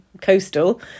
coastal